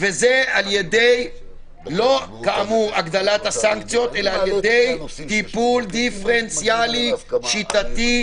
וזה לא ידי הגדלת הסנקציות אלא על ידי טיפול דיפרנציאלי שיטתי.